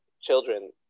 children